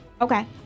Okay